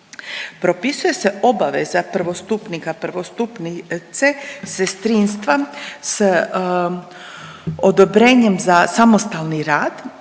Propisuje se obaveza prvostupnika/prvostupnice sestrinstva s odobrenjem za samostalni rad,